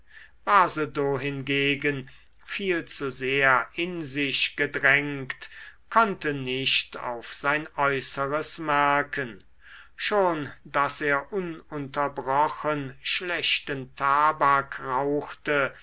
basedow hingegen viel zu sehr in sich gedrängt konnte nicht auf sein äußeres merken schon daß er ununterbrochen schlechten tabak rauchte